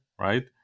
right